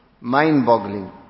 mind-boggling